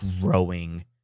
growing